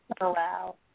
Wow